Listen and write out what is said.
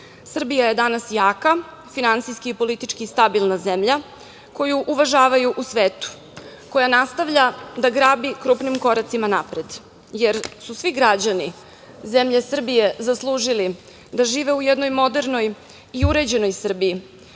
smo. Srbija je danas jaka, finansijski i politički stabilna zemlja koju uvažavaju u svetu, koja nastavlja da grabi krupnim koracima napred, jer su svi građani zemlje Srbije zaslužili da žive u jednoj modernoj i uređenoj Srbiji.